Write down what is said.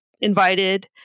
invited